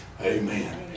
Amen